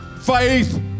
faith